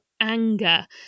anger